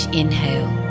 inhale